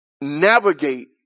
navigate